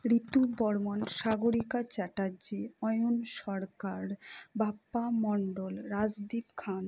Ritu Barman Sagarika Chatterjee Ayan Sarkar Bappa Mondal Rajdeep Khan